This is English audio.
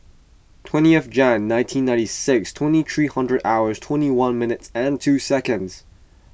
twentieth Jan nineteen ninety six twenty three hundred hours twenty one minutes and two seconds